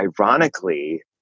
ironically